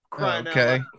Okay